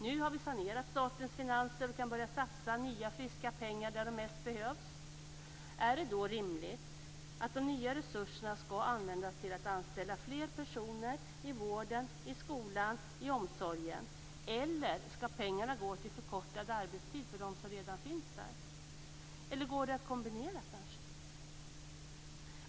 Nu har vi sanerat statens finanser och kan börja satsa nya friska pengar där de bäst behövs. Är det då rimligt att de nya resurserna skall användas till att anställa fler personer i vården, skolan och omsorgen, eller skall pengarna gå till förkortad arbetstid för dem som redan finns på arbetsmarknaden? Eller går det att kombinera detta kanske?